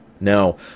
Now